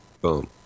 Boom